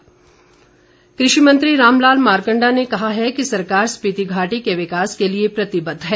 मारकंडा कृषि मंत्री रामलाल मारकंडा ने कहा है कि सरकार स्पिति घाटी के विकास के लिए प्रतिबद्ध है